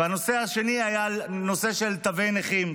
והשני היה בנושא של תווי הנכים,